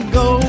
go